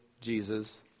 Jesus